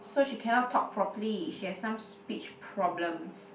so she cannot talk properly she has some speech problems